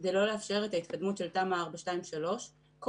כדי לא לאפשר את ההתקדמות של תמ"א 423 כל